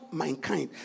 mankind